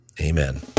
Amen